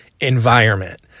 environment